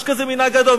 יש כזה מנהג עד היום,